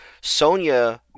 Sonya